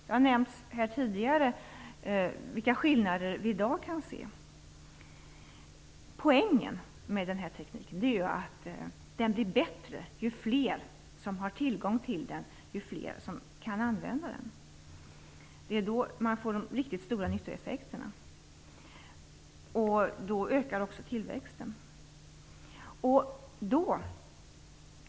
Det har här tidigare nämnts vilka skillnader vi i dag kan se. Poängen med tekniken är att den blir bättre ju fler som har tillgång till den och kan använda den. Det är då man får de riktigt stora nyttoeffekterna, och då ökar också tillväxten.